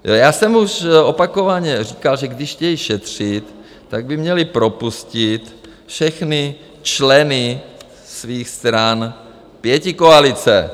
Já jsem už opakovaně říkal, že když chtějí šetřit, tak by měli propustit všechny členy svých stran pětikoalice.